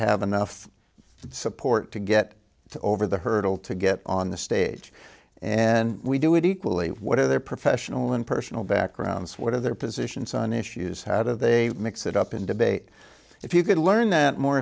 have enough support to get over the hurdle to get on the stage and we do it equally what are their professional and personal backgrounds what are their positions on issues how do they mix it up in debate if you could learn that more